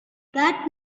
that